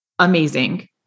amazing